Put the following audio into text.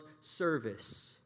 service